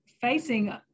facing